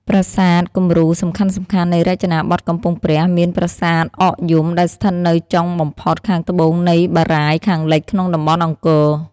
ប្រាសាទគំរូសំខាន់ៗនៃរចនាបថកំពង់ព្រះមាន ប្រាសាទអកយំដែលស្ថិតនៅចុងបំផុតខាងត្បូងនៃបារាយណ៍ខាងលិចក្នុងតំបន់អង្គរ។